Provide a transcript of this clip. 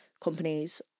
companies